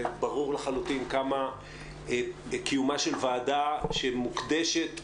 ברור לחלוטין כמה בקיומה של ועדה שמוקדשת